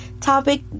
topic